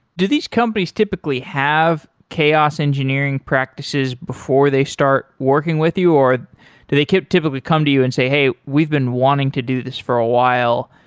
do these companies typically have chaos engineering practices before they start working with you, or do they typically come to you and say, hey, we've been wanting to do this for a while,